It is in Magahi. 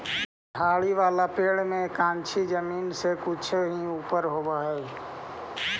झाड़ी वाला पेड़ में कंछी जमीन से कुछे ही ऊपर होवऽ हई